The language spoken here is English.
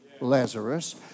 Lazarus